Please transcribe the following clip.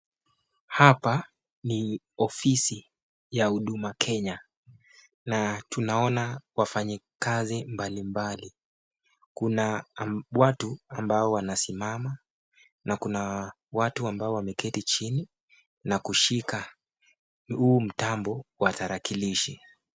Hapa ni ofisi ya huduma kenya na tunaona wafanyikazi mbalimbali, kuna watu ambao wanasimama na kuna watu ambao wameketi na kushika huu mtambo wa tarakilishi.